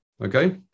Okay